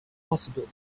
possible